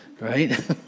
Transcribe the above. right